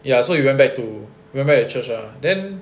ya so we went back to we went back to church ah then